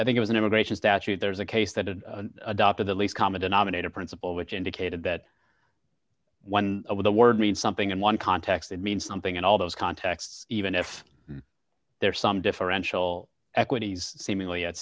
i think i was an immigration statute there's a case that had adopted the least common denominator principle which indicated that one over the word means something in one context it means something in all those contexts even if there is some differential equities seemingly at